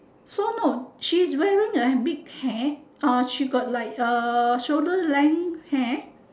so no she's wearing a big cap she got like a shoulder length hair